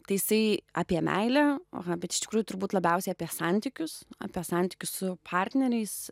tai jisai apie meilę aha bet iš tikrųjų turbūt labiausiai apie santykius apie santykius su partneriais